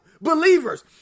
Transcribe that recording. believers